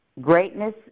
Greatness